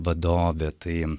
vadovė tai